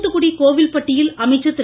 தூத்துக்குடி கோவில்பட்டியில் அமைச்சர் திரு